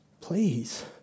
please